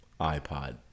iPod